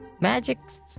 magic's